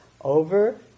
over